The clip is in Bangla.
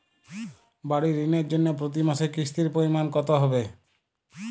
বাড়ীর ঋণের জন্য প্রতি মাসের কিস্তির পরিমাণ কত হবে?